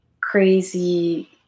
crazy